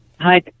hi